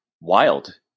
wild